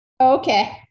Okay